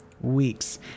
weeks